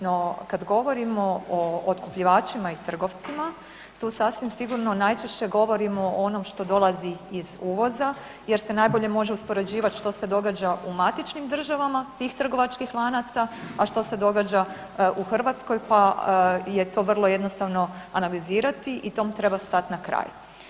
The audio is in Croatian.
No kad govorimo o otkupljivačima i trgovcima tu sasvim sigurno najčešće govorimo o onom što dolazi iz uvoza jer se najbolje može uspoređivat što se događa u matičnim državama tih trgovačkih lanaca, a što se događa u Hrvatskoj, pa je to vrlo jednostavno analizirati i tom treba stat na kraj.